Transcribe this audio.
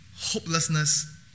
hopelessness